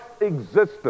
existence